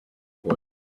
boy